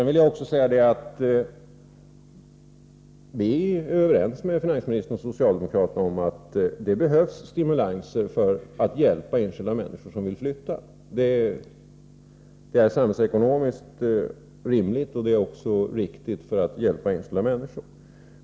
Vi är överens med finansministern och socialdemokraterna om att det behövs stimulanser för att hjälpa enskilda människor som vill flytta. Det är samhällsekonomiskt rimligt och det är också riktigt för att hjälpa enskilda människor.